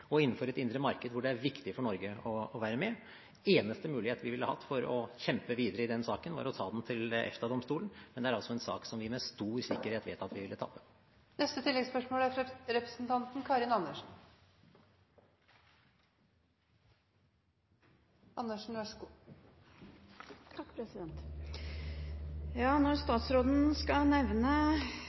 og innenfor et indre marked hvor det er viktig for Norge å være med. Den eneste mulighet vi ville hatt for å kjempe videre i den saken, var å ta den til EFTA-domstolen, men det er en sak som vi med stor sikkerhet vet at vi ville